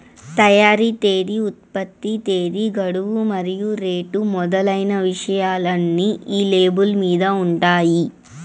తయారీ తేదీ ఉత్పత్తి తేదీ గడువు మరియు రేటు మొదలైన విషయాలన్నీ ఈ లేబుల్ మీద ఉంటాయి